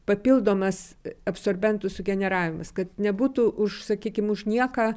papildomas absorbentų sugeneravimas kad nebūtų užsakykim už nieką